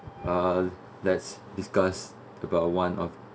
uh let's discuss about one of